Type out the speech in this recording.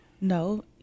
No